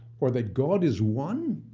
or that god is one?